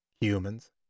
Humans